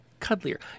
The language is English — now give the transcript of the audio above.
cuddlier